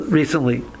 recently